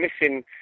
missing